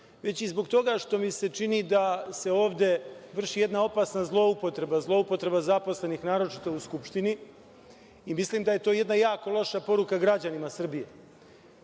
već i zbog toga što mi se čini da se ovde vrši jedna opasna zloupotreba zaposlenih, naročito u Skupštini. Mislim da je to jedna jako loša poruka građanima Srbije.